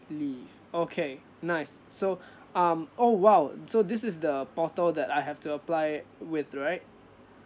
leave okay nice so um oh !wow! so this is the portal that I have to apply with right